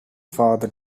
farther